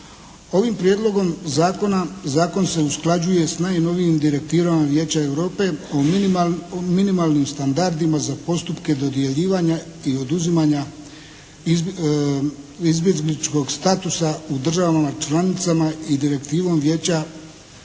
Ovim prijedlogom zakona zakon se usklađuje sa najnovijim direktivama Vijeća Europa o minimalnim standardima za postupke dodjeljivanja i oduzimanja izbjegličkog statusa u državama članicama i Direktivom Vijeća o